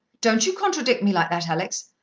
don't you contradict me like that, alex.